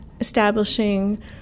establishing